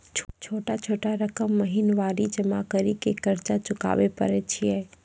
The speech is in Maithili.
छोटा छोटा रकम महीनवारी जमा करि के कर्जा चुकाबै परए छियै?